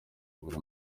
buri